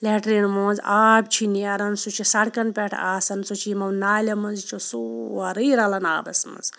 latrine مَنٛز آب چھُ نیران سُہ چھُ سَڑکَن پٮ۪ٹھ آسان سُہ چھُ یِمو نالیٚو مَنٛز یہِ چھُ سورٕے رَلان آبَس مَنٛز